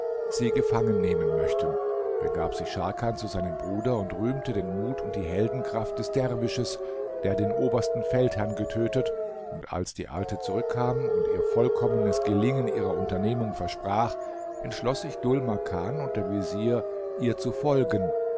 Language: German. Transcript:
sie gefangennehmen möchten begab sich scharkan zu seinem bruder und rühmte den mut und die heldenkraft des derwisches der den obersten feldherrn getötet und als die alte zurückkam und ihnen vollkommenes gelingen ihrer unternehmung versprach entschloß sich dhul makan und der vezier ihr zu folgen